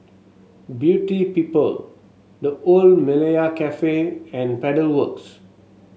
Beauty People The Old Malaya Cafe and Pedal Works